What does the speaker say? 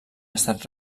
estat